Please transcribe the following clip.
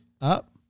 up